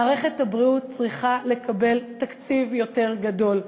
מערכת הבריאות צריכה לקבל תקציב יותר גדול.